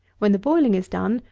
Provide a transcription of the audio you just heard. when the boiling is done,